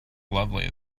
lovely